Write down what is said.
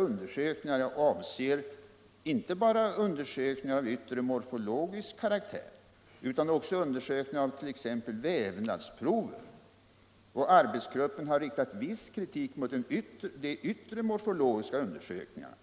Undersökningarna är inte bara av yttre morfologisk karaktär utan omfattar också exempelvis vivnadsprover. Arbetsgruppen har riktat viss kritik mot de yttre morfologiska undersökningarna.